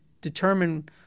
determine